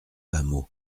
hameau